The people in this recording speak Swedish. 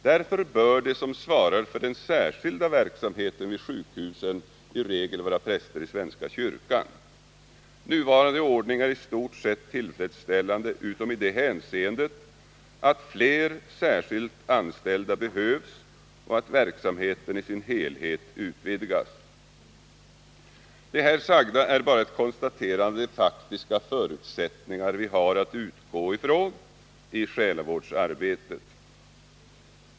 Därför bör de som svarar för den särskilda verksamheten vid sjukhusen i regel vara präster i svenska kyrkan. Nuvarande ordning är i stort sett tillfredsställande utom i det hänseendet att fler särskilt anställda behövs och att verksamheten i sin helhet bör utvidgas. Det här sagda är bara ett konstaterande av de faktiska förutsättningar vi har att utgå från i själavårdsarbetet.